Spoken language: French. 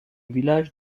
village